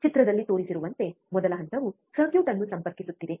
ಚಿತ್ರದಲ್ಲಿ ತೋರಿಸಿರುವಂತೆ ಮೊದಲ ಹಂತವು ಸರ್ಕ್ಯೂಟ್ ಅನ್ನು ಸಂಪರ್ಕಿಸುತ್ತಿದೆ